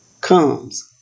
comes